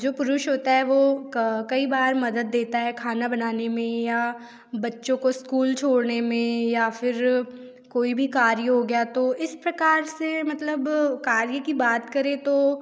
जो पुरुष होता है वह कई बार मदद देता है खाना बनाने में या बच्चों को स्कूल छोड़ने में या फिर कोई भी कार्य हो गया तो इस प्रकार से मतलब कार्य की बात करें तो